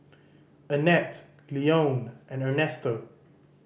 Annette Leone and Ernesto